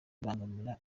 bibangamira